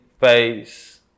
Face